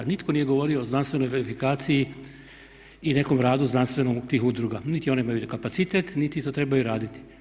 Nitko nije govorio o znanstvenoj verifikaciji i nekom radu znanstvenom tih udruga niti one imaju kapacitet niti to trebaju raditi.